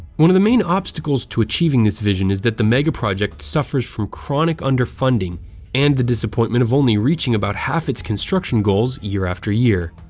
one of the main obstacles to achieving this vision is that the megaproject suffers from chronic underfunding and the disappointment of only reaching about half its construction goals, year-after-year.